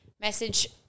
message